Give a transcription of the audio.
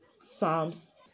Psalms